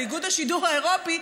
על איגוד השידור האירופי,